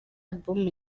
album